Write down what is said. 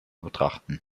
betrachten